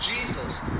jesus